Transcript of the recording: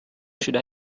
should